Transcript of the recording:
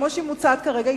כמו שהיא מוצעת כרגע,